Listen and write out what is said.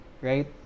Right